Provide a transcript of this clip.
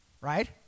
right